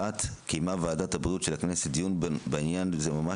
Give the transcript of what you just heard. קיימה ועדת הבריאות של הכנסת דיון בעניין זה ממש